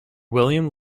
william